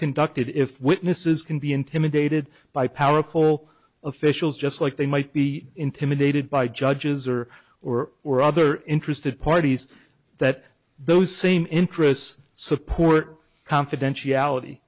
conducted if witnesses can be intimidated by powerful officials just like they might be intimidated by judges or or or other interested parties that those same interests support confidentiality